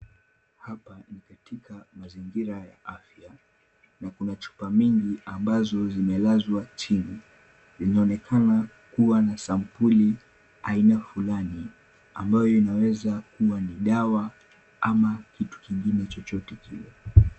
Hapa ni katika mazingira ya afya, na kuna chupa mingi ambazo zimekuwa chini. Inaonekana kuwa na sampuli aina fulani ambayo inaweza kuwa ni dawa kitu kingine chochote kile.